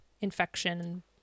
infection